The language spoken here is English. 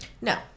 No